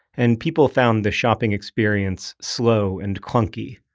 and people found the shopping experience slow and clunky.